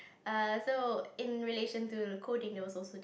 err so in relation to coding there was also